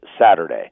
Saturday